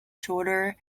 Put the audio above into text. shoulder